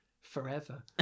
Forever